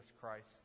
Christ